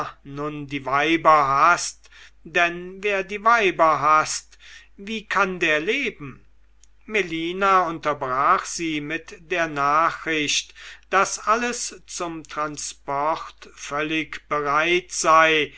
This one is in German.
nun die weiber haßt denn wer die weiber haßt wie kann der leben melina unterbrach sie mit der nachricht daß alles zum transport völlig bereit sei